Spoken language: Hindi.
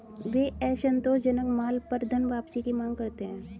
वे असंतोषजनक माल पर धनवापसी की मांग करते हैं